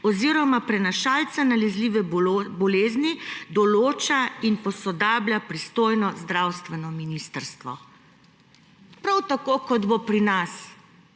oziroma prenašalca nalezljive bolezni določa in posodablja pristojno zdravstveno ministrstvo.« Prav tako, kot bo pri nas.